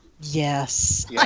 yes